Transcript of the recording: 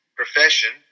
profession